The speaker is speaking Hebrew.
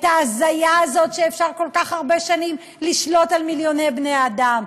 את ההזיה הזאת שאפשר כל כך הרבה שנים לשלוט על מיליוני בני-אדם.